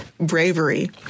bravery